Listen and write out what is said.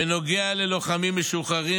בנוגע ללוחמים משוחררים,